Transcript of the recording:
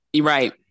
Right